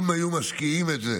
אם היו משקיעים את זה